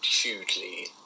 hugely